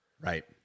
right